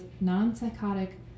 non-psychotic